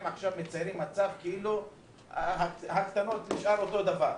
עכשיו כאילו מצב הקטנות נשאר אותו דבר.